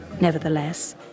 Nevertheless